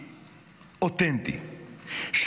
אותנטי,